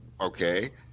Okay